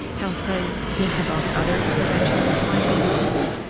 help us think about other interventions that might be useful,